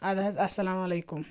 اَد حظ اَسَلام علیکُم